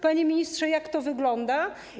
Panie ministrze, jak to wygląda?